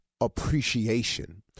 appreciation